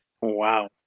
Wow